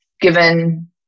given